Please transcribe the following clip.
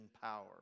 power